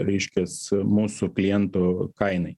reiškias mūsų klientų kainai